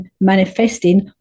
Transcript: manifesting